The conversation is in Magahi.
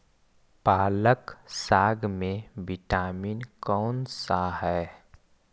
पालक साग में विटामिन कौन सा है?